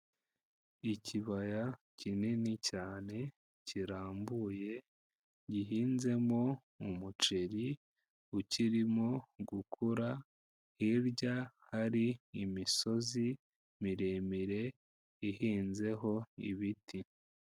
Ikibaya kinini cyane kirambuye gihinzemo umucer ukirimo gukura hirya hari imisozi miremire ihinzeho ibiti.